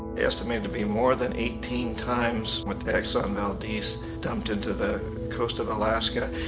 estimated to be more than eighteen times what the exxon valdez dumped into the coast of alaska.